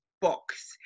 box